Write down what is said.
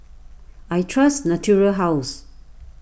I trust Natura House